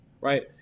Right